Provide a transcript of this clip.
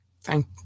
thank